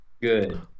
good